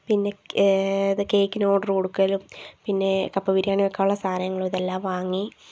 പിന്ന കേക്കിന് ഓർഡർ കൊടുക്കലും പിന്നെ കപ്പ ബിരിയാണി വെക്കാനുള്ള സാധനങ്ങൾ ഇതെല്ലം വാങ്ങി